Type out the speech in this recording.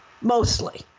mostly